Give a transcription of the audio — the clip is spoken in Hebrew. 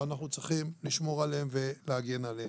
ואנחנו צריכים לשמור עליהם ולהגן עליהם.